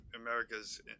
America's